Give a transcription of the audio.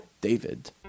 David